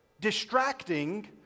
distracting